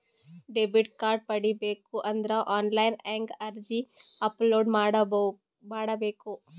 Debit card ಪಡಿಬೇಕು ಅಂದ್ರ online ಹೆಂಗ್ ಅರ್ಜಿ ಅಪಲೊಡ ಮಾಡಬೇಕು?